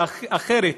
כי אחרת,